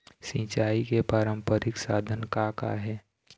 सिचाई के पारंपरिक साधन का का हे?